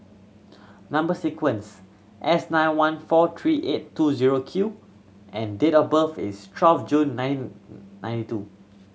number sequence S nine one four three eight two zero Q and date of birth is twelve June nine ninety two